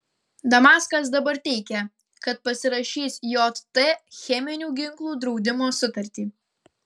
damaskas dabar teigia kad pasirašys jt cheminių ginklų draudimo sutartį